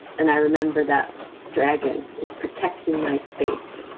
and i remember that dragon is protecting my space.